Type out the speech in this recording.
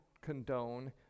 condone